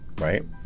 right